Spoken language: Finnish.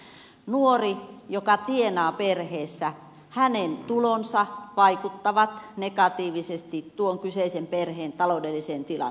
jos nuori tienaa perheessä hänen tulonsa vaikuttavat negatiivisesti tuon kyseisen perheen taloudelliseen tilanteeseen